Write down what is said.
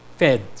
fed